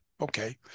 Okay